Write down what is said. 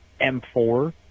M4